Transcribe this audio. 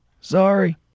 Sorry